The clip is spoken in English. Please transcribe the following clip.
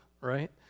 right